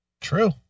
True